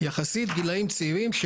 יחסית גילאים צעירים.